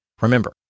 remember